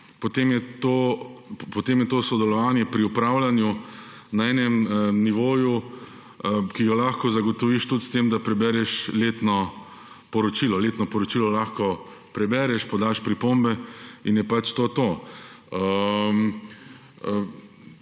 potem je to sodelovanje pri upravljanju na enem nivoju, ki ga lahko zagotoviš tudi s tem, da prebereš letno poročilo. Letno poročilo lahko prebereš, podaš pripombe in je pač to to.